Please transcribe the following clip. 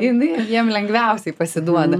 jinai jiem lengviausiai pasiduoda